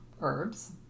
herbs